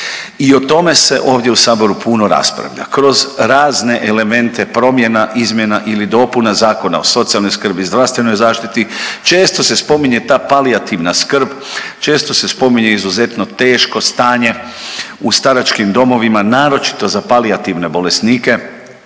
I o tome se ovdje u saboru puno raspravlja kroz razne elemente promjena, izmjena ili dopuna Zakona o socijalnoj skrbi, zdravstvenoj zaštiti često se spominje ta palijativna skrb, često se spominje izuzetno teško stanje u staračkim domovima naročito za palijativne bolesnike.